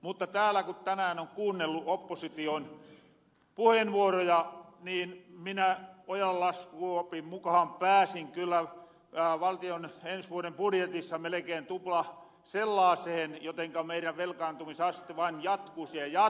mutta täällä ku tänään on kuunnellu opposition puheenvuoroja niin minä ojalan laskuopin mukahan pääsin kyllä valtion ens vuoden budjetissa melekeen tuplasellaasehen jotenka meirän velkaantumisaste vain jatkuus ja jatkuus